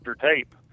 tape